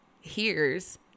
hears